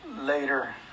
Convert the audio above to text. later